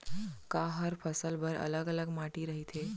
का हर फसल बर अलग अलग माटी रहिथे?